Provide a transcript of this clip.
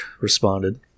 responded